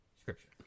Scripture